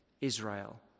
Israel